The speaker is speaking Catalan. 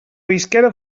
visquera